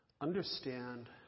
understand